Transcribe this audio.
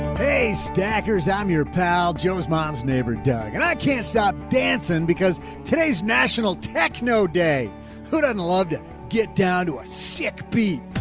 hey stackers. i'm your pal. joe's mom's neighbor, doug and i can't stop dancing because today's national techno day who doesn't love to get down to a sick beat.